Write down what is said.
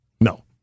No